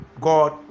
god